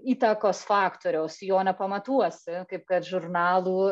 įtakos faktoriaus jo nepamatuosi kaip kad žurnalų